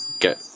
get